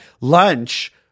lunch